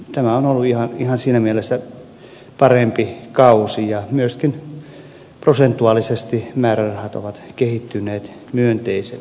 tämä on ollut ihan siinä mielessä parempi kausi ja myöskin prosentuaalisesti määrärahat ovat kehittyneet myönteisesti